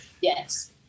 yes